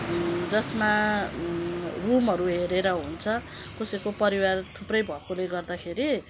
जसमा रुमरू हेरेर हुन्छ कसैको परिवार थुप्रो भएकोले गर्दाखेरि